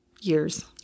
years